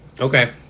Okay